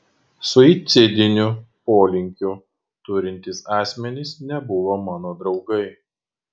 suicidinių polinkių turintys asmenys nebuvo mano draugai